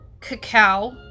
cacao